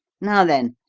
now then,